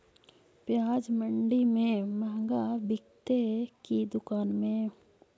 प्याज मंडि में मँहगा बिकते कि दुकान में?